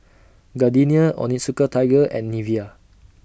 Gardenia Onitsuka Tiger and Nivea